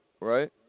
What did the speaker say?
Right